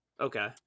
Okay